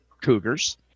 Cougars